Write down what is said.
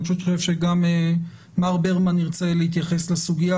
אני חושב שגם מר ברמן ירצה להתייחס לסוגיה,